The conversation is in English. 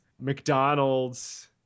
McDonald's